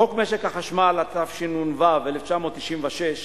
חוק משק החשמל, התשנ"ו 1996,